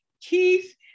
Keith